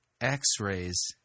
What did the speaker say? x-rays